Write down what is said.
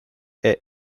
est